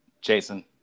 Jason